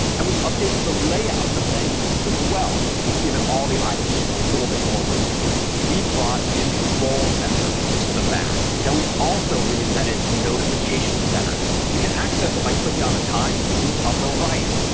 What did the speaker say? and we've updated the layout of menus as well, we've given all the items just a little bit more room to breathe. we've brought control center to the mac. we've also reinvented notifications center. you can access it by clicking on the time in the upper right.